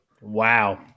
Wow